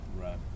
Right